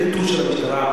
זה באמת ביטול זמן של המשטרה.